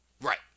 Right